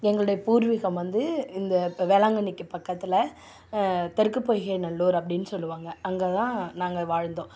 எங்களுடைய பூர்வீகம் வந்து இந்த வேளாங்கண்ணிக்கு பக்கத்தில் தெற்குப்பொய்கை நல்லூர் அப்படினு சொல்வாங்க அங்கே தான் நாங்கள் வாழ்ந்தோம்